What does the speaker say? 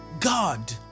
God